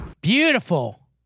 beautiful